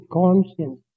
conscience